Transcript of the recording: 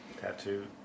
Tattoo